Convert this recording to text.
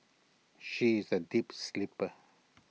she is A deep sleeper